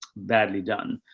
badly done.